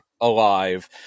alive